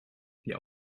die